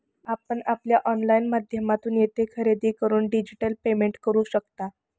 आपण आमच्या ऑनलाइन माध्यमातून येथे खरेदी करून डिजिटल पेमेंट करू शकता